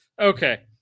okay